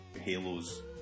Halos